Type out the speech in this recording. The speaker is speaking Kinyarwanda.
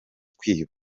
kwiba